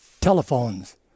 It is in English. telephones